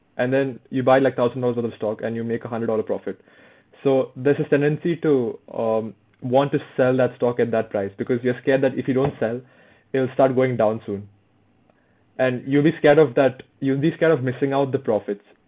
and then you buy like thousand dollars worth of stock and you make a hundred dollar profit so there's this tendency to um want to sell that stock at that price because you're scared that if you don't sell it'll start going down soon and you'll be scared of that you'll be scared of missing out the profits